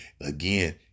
again